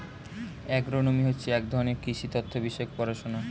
agronomy হচ্ছে এক ধরনের কৃষি তথ্য বিষয়ক পড়াশোনা